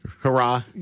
Hurrah